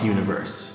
Universe